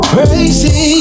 Crazy